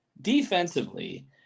defensively